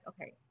okay